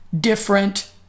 different